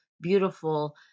beautiful